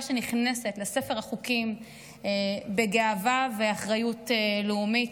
שנכנסת לספר החוקים בגאווה ואחריות לאומית.